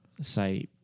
say